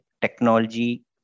technology